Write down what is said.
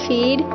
Feed